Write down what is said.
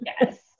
Yes